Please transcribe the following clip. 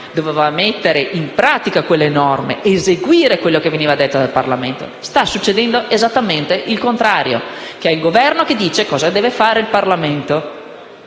doveva mettere in pratica quelle norme, eseguire quello che veniva detto dal Parlamento. Sta succedendo esattamente il contrario: è il Governo che dice cosa deve fare il Parlamento.